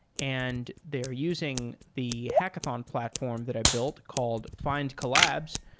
and they're using the hackathon platform that i've built, called findcollabs.